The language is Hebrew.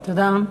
תודה.